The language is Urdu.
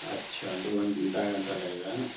اچھا دو ڈھائی گھنٹہ لگے گا ہے نا